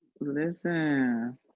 Listen